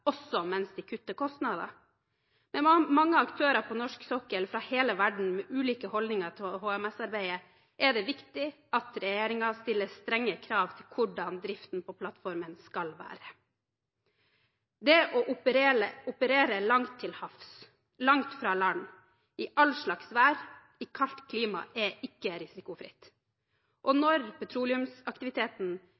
også mens de kutter kostnader. Med mange aktører på norsk sokkel fra hele verden med ulike holdninger til HMS-arbeidet er det viktig at regjeringen stiller strenge krav til hvordan driften på plattformen skal være. Det å operere langt til havs, langt fra land, i all slags vær og i kaldt klima er ikke risikofritt. Når petroleumsaktiviteten gradvis flyttes lenger og